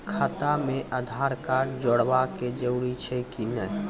खाता म आधार कार्ड जोड़वा के जरूरी छै कि नैय?